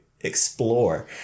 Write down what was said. explore